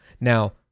Now